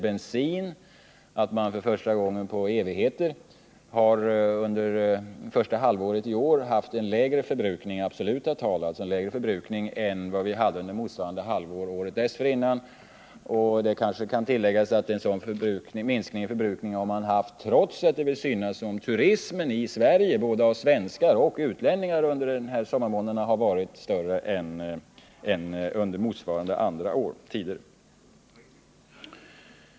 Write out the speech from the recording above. Under första halvåret i år har vi haft en lägre förbrukning i absoluta tal av bensin än under motsvarande halvår året dessförinnan. Det är första gången på mycket lång tid som det har inträffat. Det kan tilläggas att vi har fått denna minskning av förbrukningen trots att det verkar som om turismen i Sverige — det gäller både svenskar och utlänningar — under sommarmånaderna har varit större än under motsvarande tid andra år.